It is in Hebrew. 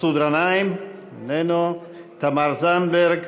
מסעוד גנאים, איננו, תמר זנדברג,